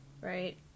right